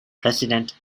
president